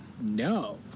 No